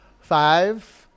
Five